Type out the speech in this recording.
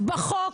בחוק